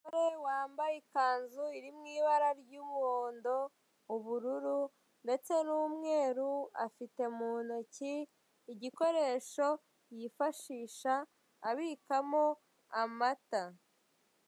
Umugore wambaye ikanzu iri mu ibara ry'umuhondo, ubururu, ndetse n'umweru. Afite mu ntoki igikoresho yifashisha abikamo amata.